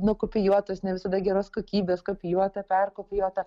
nukopijuotos ne visada geros kokybės kopijuota perkopijuota